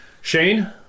Shane